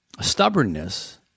stubbornness